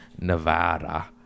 Nevada